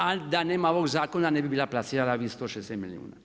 A da nema ovog zakona ne bi bila plasirala ovih 160 milijuna.